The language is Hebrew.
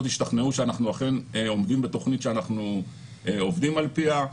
ישתכנעו שאנחנו אכן עומדים בתכנית שאנחנו עובדים על פיה.